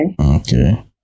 Okay